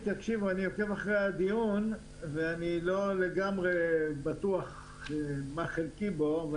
עוקב אחרי הדיון ואני לא לגמרי בטוח מה חלקי בו,